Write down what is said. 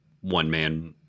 one-man